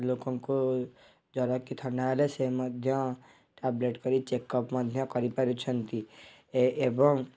ଲୋକଙ୍କୁ ଜ୍ଵର କି ଥଣ୍ଡା ହେଲେ ସେ ମଧ୍ୟ ଟାବ୍ଲେଟ୍ କରି ଚେକ୍ଅପ୍ ମଧ୍ୟ କରିପାରୁଛନ୍ତି ଏ ଏବଂ